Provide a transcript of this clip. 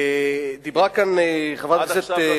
אז עכשיו הכול בסדר.